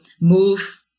move